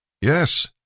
YES